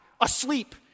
asleep